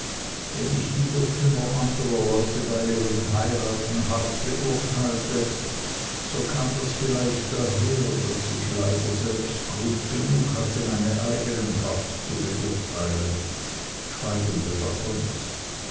wenn ich die irrtümer anderer leute bei ihren heiraten hart beurteilte so kam dies vielleicht daher daß ich selbst leider grund genug hatte meine eignen hart zu beurteilen schweigen wir davon